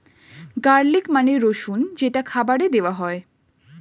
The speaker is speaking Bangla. গার্লিক মানে রসুন যেটা খাবারে দেওয়া হয়